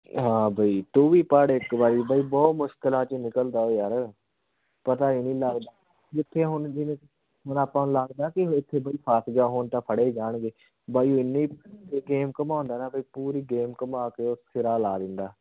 ਹਾਂ ਬਈ ਤੂੰ ਵੀ ਪੜ੍ਹ ਇੱਕ ਵਾਰ ਬਈ ਬਹੁਤ ਮੁਸ਼ਕਲਾਂ 'ਚ ਨਿਕਲਦਾ ਉਹ ਯਾਰ ਪਤਾ ਹੀ ਨਹੀਂ ਲੱਗਦਾ ਜਿੱਥੇ ਹੁਣ ਜਿਵੇਂ ਹੁਣ ਆਪਾਂ ਨੂੰ ਲੱਗਦਾ ਕਿ ਇੱਥੇ ਬਈ ਫਸ ਗਿਆ ਹੁਣ ਤਾਂ ਫੜੇ ਹੀ ਜਾਣਗੇ ਬਈ ਇੰਨੀ ਗੇਮ ਘੁੰਮਉਂਦਾ ਨਾ ਬਈ ਪੂਰੀ ਗੇਮ ਘੁਮਾ ਕੇ ਉਹ ਸਿਰਾ ਲਗਾ ਦਿੰਦਾ